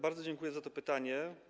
Bardzo dziękuję za to pytanie.